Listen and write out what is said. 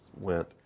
went